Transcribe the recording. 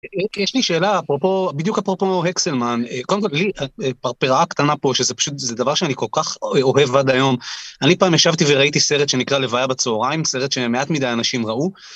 יש לי שאלה אפרופו בדיוק אפרופו הקסלמן, קודם כל לי התפרפרה קטנה פה שזה פשוט זה דבר שאני כל כך אוהב עד היום, אני פעם ישבתי וראיתי סרט שנקרא לבעיה בצהריים, סרט שמעט מדי האנשים ראו...